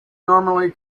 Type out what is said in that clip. normally